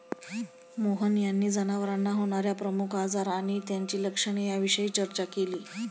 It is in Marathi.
मोहन यांनी जनावरांना होणार्या प्रमुख आजार आणि त्यांची लक्षणे याविषयी चर्चा केली